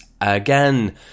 again